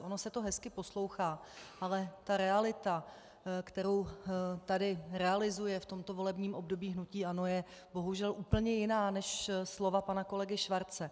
Ono se to hezky poslouchá, ale ta realita, kterou tady realizuje v tomto volebním období hnutí ANO, je bohužel úplně jiná než slova pana kolegy Schwarze.